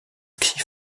key